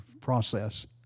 process